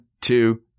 two